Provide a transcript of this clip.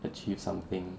achieve something